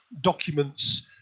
documents